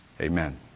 Amen